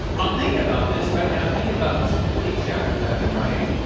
i'm thinking about this, right? and i'm thinking about this affiliate chapter that i've been writing,